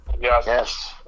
Yes